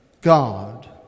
God